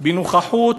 בנוכחות